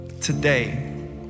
today